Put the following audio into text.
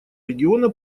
региона